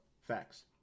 Facts